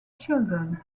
children